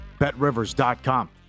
BetRivers.com